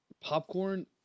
popcorn